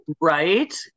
right